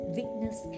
witness